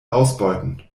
ausbeuten